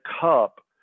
cup